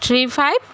three five